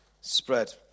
spread